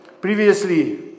previously